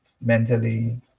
mentally